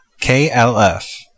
KLF